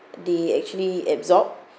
they actually absorb